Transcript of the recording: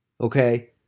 okay